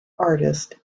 artist